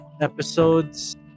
episodes